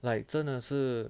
like 真的是